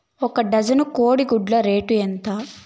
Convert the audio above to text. ఒక డజను కోడి గుడ్ల రేటు ఎంత?